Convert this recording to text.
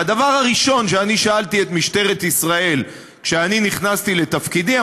והדבר הראשון ששאלתי את משטרת ישראל כשאני נכנסתי לתפקידי,